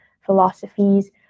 philosophies